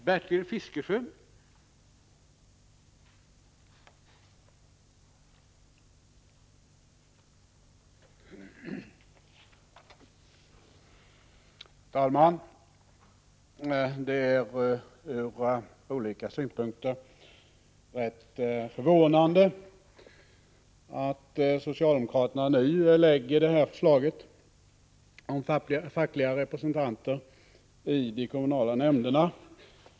Herr talman! Det är ur olika synpunkter ganska förvånande att socialdemokraterna nu lägger fram det här förslaget om fackliga representanter i de kommunala nämnderna.